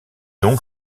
donc